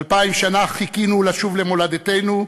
אלפיים שנה חיכינו לשוב למולדתנו,